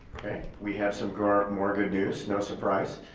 we have some more good news, no surprise.